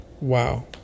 wow